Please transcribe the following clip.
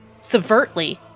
subvertly